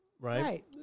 Right